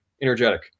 energetic